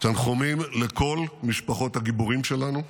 תנחומים לכל משפחות הגיבורים שלנו,